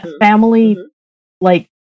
family-like